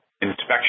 inspection